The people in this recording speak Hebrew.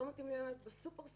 לא מתאים להן להיות בסופרפארם,